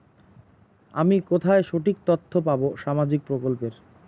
আমি কোথায় সঠিক তথ্য পাবো সামাজিক প্রকল্পের?